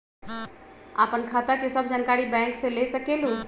आपन खाता के सब जानकारी बैंक से ले सकेलु?